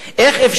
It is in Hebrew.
איך אפשר,